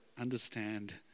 understand